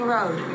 Road